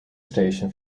station